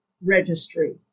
registry